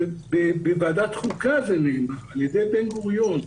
בוועדת חוקה זה נאמר על ידי בן גוריון.